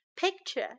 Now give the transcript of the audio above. Picture